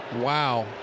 Wow